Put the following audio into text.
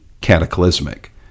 cataclysmic